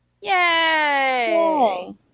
yay